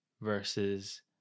versus